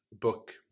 book